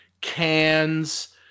cans